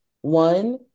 One